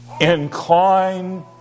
Incline